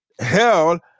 Hell